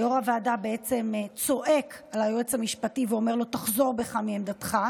שיו"ר הוועדה בעצם צועק על היועץ המשפטי ואומר לו: תחזור בך מעמדתך.